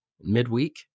midweek